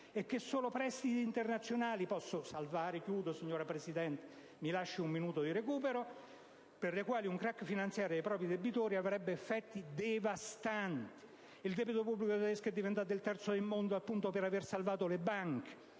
le banche tedesche, per le quali un *crack* finanziario dei propri debitori avrebbe effetti devastanti. Il debito pubblico tedesco è diventato il terzo del mondo appunto per aver salvato le banche,